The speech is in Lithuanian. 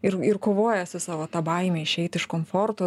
ir ir kovoja su savo ta baime išeit iš komforto